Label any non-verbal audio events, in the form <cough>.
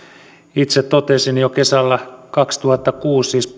itse totesin jo kesällä kaksituhattakuusi siis <unintelligible>